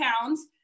pounds